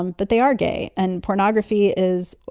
um but they are gay. and pornography is,